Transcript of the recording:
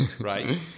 Right